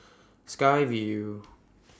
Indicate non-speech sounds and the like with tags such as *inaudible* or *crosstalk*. Sky Vue *noise*